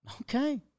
Okay